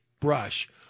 brush